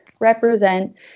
represent